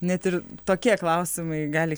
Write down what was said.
net ir tokie klausimai gali